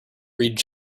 read